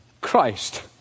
Christ